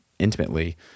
intimately